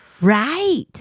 Right